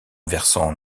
versant